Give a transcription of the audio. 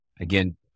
Again